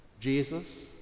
Jesus